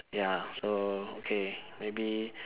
ya so okay maybe